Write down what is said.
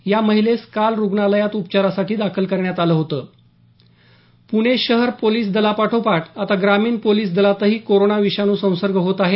या महिलेस काल रुग्णालयात उपचारासाठी दाखल करण्यात आलं होत प्णे शहर पोलिस दलापाठोपाठ आता ग्रामीण पोलीस दलातही कोरोना विषाणू संसर्ग होत आहे